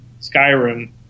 Skyrim